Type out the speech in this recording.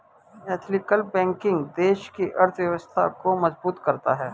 ethical banking देश की अर्थव्यवस्था को मजबूत करता है